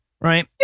right